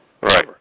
Right